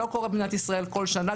לא קורה במדינת ישראל כל שנה,